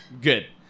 good